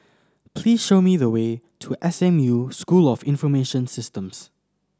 please show me the way to S M U School of Information Systems